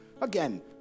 again